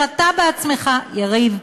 שאתה בעצמך יריב,